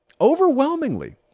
Overwhelmingly